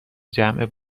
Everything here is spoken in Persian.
جمع